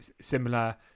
similar